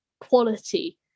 quality